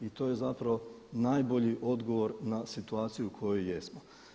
I to je zapravo najbolji odgovor na situaciju u kojoj jesmo.